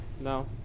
No